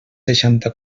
seixanta